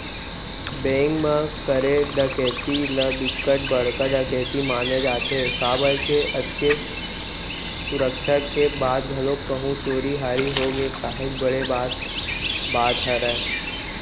bank म करे डकैती ल बिकट बड़का डकैती माने जाथे काबर के अतका सुरक्छा के बाद घलोक कहूं चोरी हारी होगे काहेच बड़े बात बात हरय